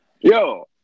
Yo